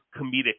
comedic